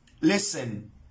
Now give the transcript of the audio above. listen